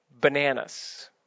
Bananas